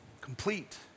complete